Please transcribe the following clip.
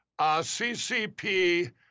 CCP